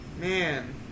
man